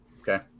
Okay